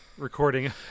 recording